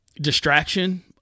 distraction